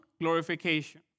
glorification